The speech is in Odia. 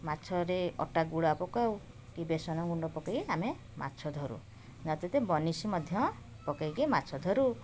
ମାଛରେ ଅଟାଗୁଳା ପକାଉ କି ବେସନ ଗୁଣ୍ଡ ପକେଇ ଆମେ ମାଛ ଧରୁ ନଚେତ୍ ବନିଶୀ ମଧ୍ୟ ପେକେଇକି ମାଛ ଧରୁ